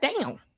down